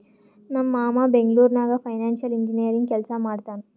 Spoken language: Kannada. ನಮ್ ಮಾಮಾ ಬೆಂಗ್ಳೂರ್ ನಾಗ್ ಫೈನಾನ್ಸಿಯಲ್ ಇಂಜಿನಿಯರಿಂಗ್ ಕೆಲ್ಸಾ ಮಾಡ್ತಾನ್